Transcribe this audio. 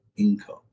income